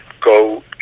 go